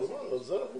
בשעה 11:30.